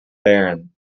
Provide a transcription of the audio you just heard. barren